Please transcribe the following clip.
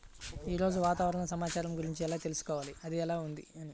ఈరోజు వాతావరణ సమాచారం గురించి ఎలా తెలుసుకోవాలి అది ఎలా ఉంది అని?